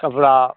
कपड़ा